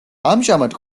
ამჟამად